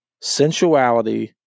sensuality